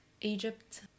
Egypt